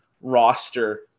roster